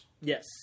yes